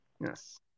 yes